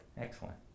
Excellent